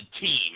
team